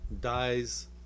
dies